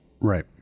Right